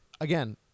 again